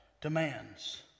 demands